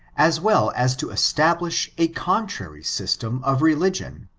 as well as to es tablish a contrary system of religion,